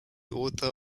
author